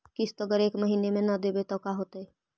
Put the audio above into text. किस्त अगर एक महीना न देबै त का होतै?